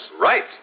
Right